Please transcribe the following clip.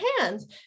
hands